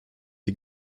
die